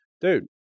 Dude